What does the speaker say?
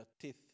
teeth